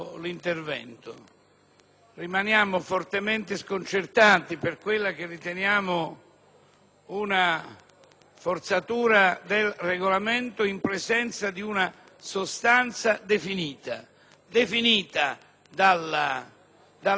Rimaniamo fortemente sconcertati per quella che riteniamo una forzatura del Regolamento in presenza di una sostanza definita all'unanimità